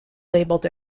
labelled